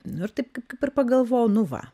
nu ir taip kaip ir pagalvojau nu va